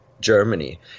Germany